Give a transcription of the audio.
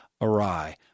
awry